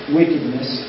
wickedness